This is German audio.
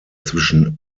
zwischen